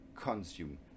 consume